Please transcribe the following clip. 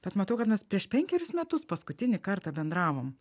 bet matau kad mes prieš penkerius metus paskutinį kartą bendravom